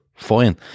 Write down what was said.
fine